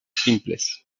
simples